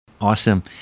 Awesome